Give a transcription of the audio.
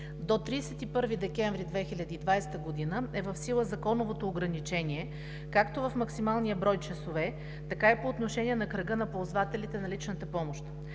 До 31 декември 2020 г. е в сила законовото ограничение както в максималния брой часове, така и по отношение на кръга на ползвателите на личната помощ.